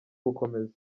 gukomeza